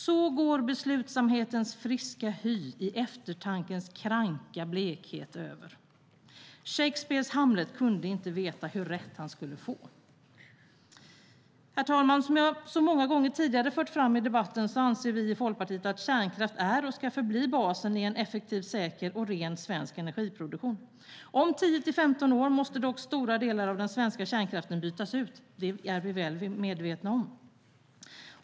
"Så går beslutsamhetens friska hy i eftertankens kranka blekhet över." Shakespeares Hamlet kunde inte veta hur rätt han skulle få. Herr talman! Som jag så många gånger tidigare fört fram i debatten anser vi i Folkpartiet att kärnkraft är och ska förbli basen i en effektiv, säker och ren svensk energiproduktion. Om 10-15 år måste dock stora delar av den svenska kärnkraften bytas ut - det är vi väl medvetna om.